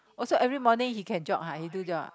oh so every morning he can jog ah he do jog ah